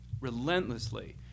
relentlessly